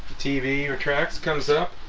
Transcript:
tv your tracks comes up